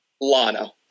Lana